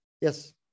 Yes